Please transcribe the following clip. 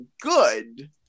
good